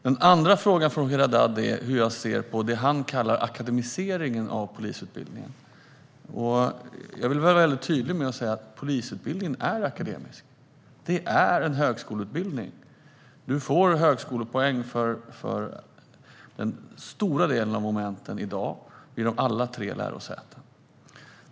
Den andra frågan från Roger Haddad var hur jag ser på det som han kallar akademiseringen av polisutbildningen. Jag vill vara mycket tydlig med att säga att polisutbildningen är akademisk. Det är en högskoleutbildning. Man får i dag högskolepoäng för den stora delen av momenten vid alla tre lärosätena.